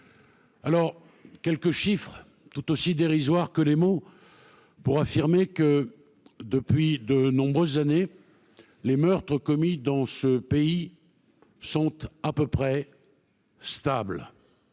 quelques chiffres, tout aussi dérisoires que les mots, pour affirmer que, depuis de nombreuses années, le nombre de meurtres commis dans ce pays est à peu près stable.